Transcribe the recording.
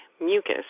mucus